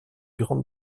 grande